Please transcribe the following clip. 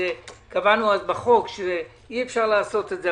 קבענו בחוק שאי-אפשר לעשות את זה,